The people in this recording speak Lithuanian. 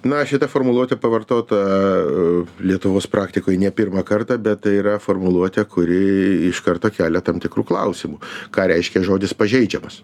na šita formuluotė pavartota lietuvos praktikoj ne pirmą kartą bet tai yra formuluotė kuri iš karto kelia tam tikrų klausimų ką reiškia žodis pažeidžiamas